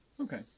Okay